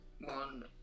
One